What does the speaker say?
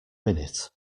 minute